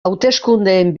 hauteskundeen